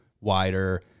wider